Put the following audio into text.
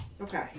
Okay